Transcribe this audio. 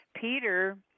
Peter